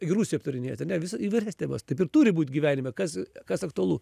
rusiją aptarinėjate ne įvairias temas taip ir turi būt gyvenime kas kas aktualu